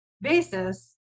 basis